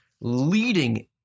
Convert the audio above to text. leading